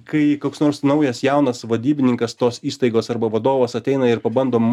kai koks nors naujas jaunas vadybininkas tos įstaigos arba vadovas ateina ir pabando